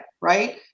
right